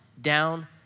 down